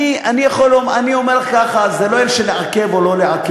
אני אומר לך ככה: זה לא עניין של לעכב או לא לעכב.